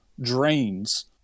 drains